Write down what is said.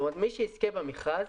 כלומר מי שיזכה במכרז